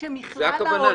זאת הכוונה?